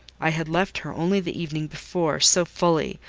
i had left her only the evening before, so fully,